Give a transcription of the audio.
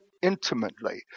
intimately